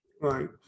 Right